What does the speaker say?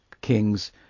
Kings